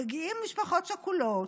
מגיעות משפחות שכולות,